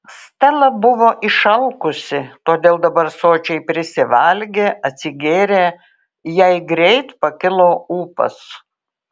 stela buvo išalkusi todėl dabar sočiai prisivalgė atsigėrė jai greit pakilo ūpas